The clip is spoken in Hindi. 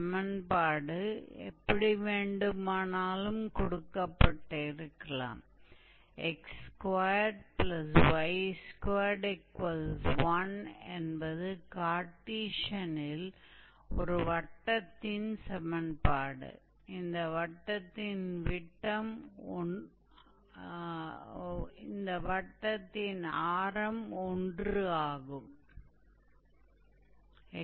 तो प्लैन कर्व के आर्क की लंबाई ज्ञात करने की प्रक्रिया जिसका समीकरण दिया गया है या तो यह कार्टेशियन समीकरण हो सकता है